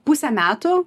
pusę metų